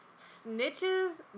Snitches